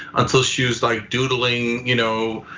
until she was like doodling, you know,